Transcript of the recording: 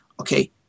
Okay